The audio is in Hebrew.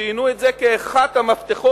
ציינו את זה כאחד המפתחות,